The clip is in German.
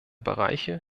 bereiche